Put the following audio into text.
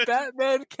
Batman